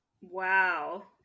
wow